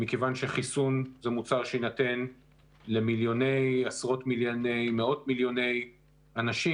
מכיוון שחיסון הוא מוצר שיינתן למאות מיליוני אנשים,